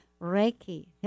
reiki